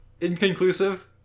Inconclusive